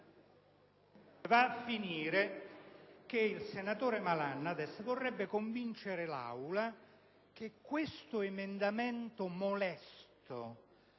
va a finire che il senatore Malan adesso vorrebbe convincere l'Assemblea che questo emendamento molesto